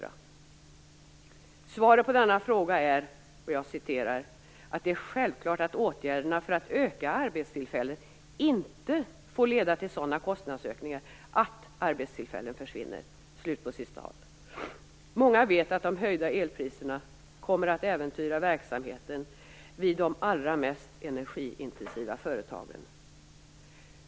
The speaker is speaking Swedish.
Svaret man gett på denna fråga är: "Det är självklart att åtgärderna för att öka sysselsättningen inte får leda till sådana kostnadsökningar att arbetstillfällen försvinner." Många vet att de höjda elpriserna kommer att äventyra verksamheten vid de allra mest energiintensiva företagen.